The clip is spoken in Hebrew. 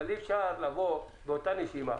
אבל באותה נשימה